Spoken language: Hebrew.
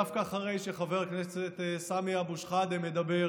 דווקא אחרי שחבר הכנסת סמי אבו שחאדה מדבר.